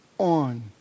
on